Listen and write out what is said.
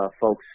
folks